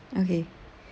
okay